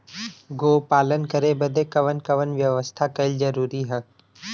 गोपालन करे बदे कवन कवन व्यवस्था कइल जरूरी ह?